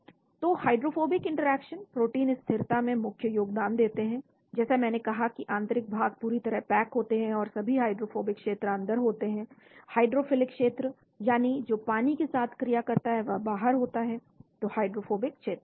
इसलिए hydrophobic interaction protein स्थिरता में प्रमुख योगदान देते हैं जैसे मैंने कहा कि आंतरिक भाग पूरी तरह पैक होते हैं और सभी हाइड्रोफोबिक क्षेत्र अंदर होते हैं हाइड्रोफिलिक क्षेत्र यानी जो पानी के साथ क्रिया करता है वह बाहर होता है तो हाइड्रोफोबिक क्षेत्र